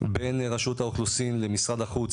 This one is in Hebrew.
בין רשות האוכלוסין למשרד החוץ,